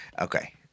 Okay